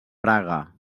braga